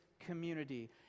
community